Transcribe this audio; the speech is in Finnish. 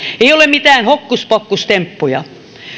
ei ole mitään hokkuspokkustemppuja